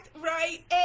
right